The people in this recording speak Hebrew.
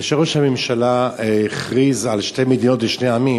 כאשר ראש הממשלה הכריז על שתי מדינות לשני עמים